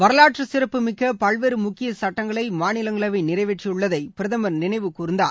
வரலாற்று சிறப்பு மிக்க பல்வேறு முக்கிய சட்டங்களை மாநிலங்களவை நிறைவேற்றியுள்ளதை பிரதமர் நினைவு கூர்ந்தார்